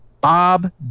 Bob